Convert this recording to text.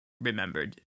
remembered